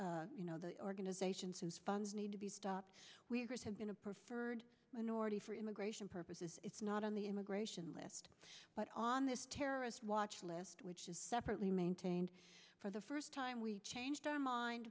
you know the organisation says funds need to be stopped we have been a preferred minority for immigration purposes it's not on the immigration list but on this terrorist watch list which is separately maintained for the first time we changed our mind